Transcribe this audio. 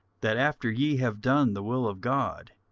that, after ye have done the will of god,